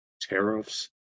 tariffs